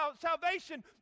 salvation